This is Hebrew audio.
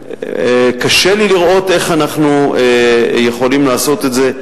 אבל קשה לי לראות איך אנחנו יכולים לעשות את זה.